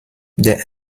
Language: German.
der